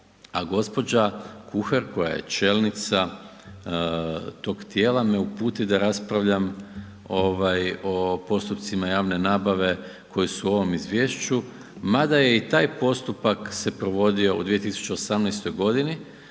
a gospođa Kuhar koja je čelnica tog tijela me uputi da raspravljam ovaj o postupcima javne nabave koji su u ovom izvješću mada je i taj postupak se provodio u 2018. godini,